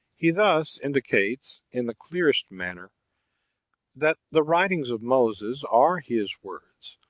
he thus indicates in the clearest manner that the writings of moses are his words.